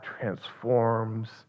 transforms